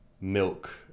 milk